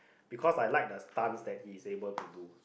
because I like the stunts that he's able to do